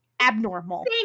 abnormal